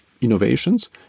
innovations